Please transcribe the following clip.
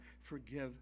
forgive